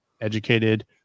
educated